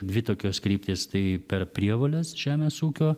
dvi tokios kryptys tai per prievoles žemės ūkio